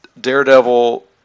daredevil